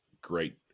great